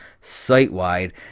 site-wide